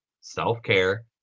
self-care